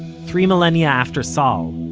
three millennia after saul,